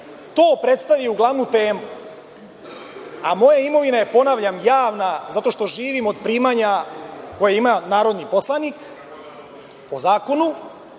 to predstavi u glavnu temu. A moja imovina je, ponavljam, javna, zato što živim od primanja koja ima narodni poslanik, po zakonu.